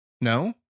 No